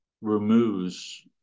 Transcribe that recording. removes